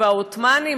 והעות'מאנים,